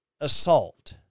Assault